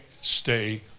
stay